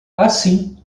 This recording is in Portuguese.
assim